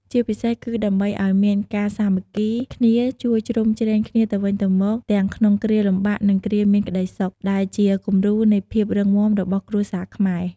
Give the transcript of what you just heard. ជាពិសេស គឺដើម្បីឲ្យមានការសាមគ្គីគ្នា ជួយជ្រោមជ្រែងគ្នាទៅវិញទៅមក ទាំងក្នុងគ្រាលំបាក និងគ្រាមានក្តីសុខ ដែលជាគំរូនៃភាពរឹងមាំរបស់គ្រួសារខ្មែរ។